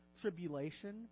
tribulation